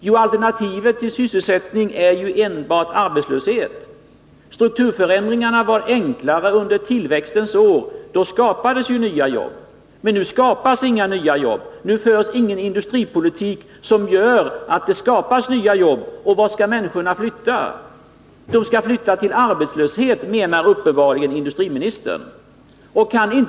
Jo, att alternativet till sysselsättning är enbart arbetslöshet. Strukturförändringarna var enklare under tillväxtens år — då skapades nya jobb. Men nu skapas inga nya jobb. Det förs ingen industripolitik som gör att det skapas nya jobb. Vart skall människorna flytta? De skall flyttas till arbetslöshet, menar industriministern uppenbarligen.